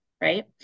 right